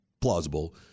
plausible